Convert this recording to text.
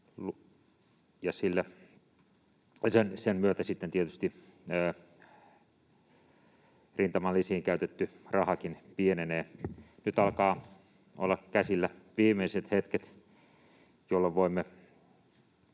tietysti rintamalisiin käytetty rahakin pienenee. Nyt alkavat olla käsillä viimeiset hetket, jolloin voimme